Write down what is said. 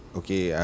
okay